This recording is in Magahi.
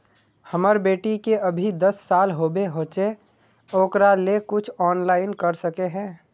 हमर बेटी के अभी दस साल होबे होचे ओकरा ले कुछ ऑनलाइन कर सके है?